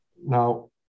Now